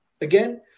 again